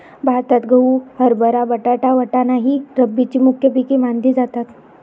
भारतात गहू, हरभरा, बटाटा, वाटाणा ही रब्बीची मुख्य पिके मानली जातात